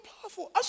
powerful